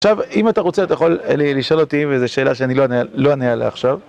עכשיו, אם אתה רוצה, אתה יכול לשאול אותי איזה שאלה שאני לא אענה עליה עכשיו.